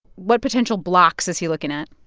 what potential blocks is he looking at?